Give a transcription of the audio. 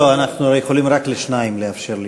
לא, לא, אנחנו יכולים לאפשר רק לשניים לשאול.